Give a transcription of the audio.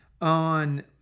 on